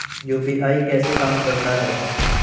UPI कैसे काम करता है?